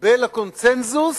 בין הקונסנזוס